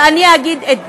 ואני אגיד את דעתי,